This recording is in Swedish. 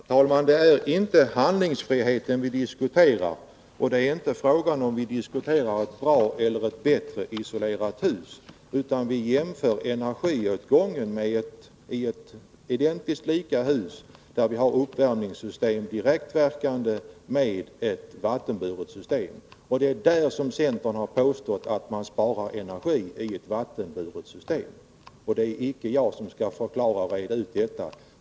Herr talman! Det är inte handlingsfriheten vi diskuterar, och vi diskuterar inte ett bra eller ett bättre isolerat hus; vi jämför energiåtgången i identiskt likadana hus där uppvärmningssystemet är direktverkande elvärme eller ett vattenburet system. Centern har påstått att man sparar energi med ett vattenburet system. Det är inte jag som skall reda ut detta.